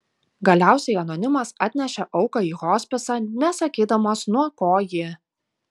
galiausiai anonimas atnešė auką į hospisą nesakydamas nuo ko ji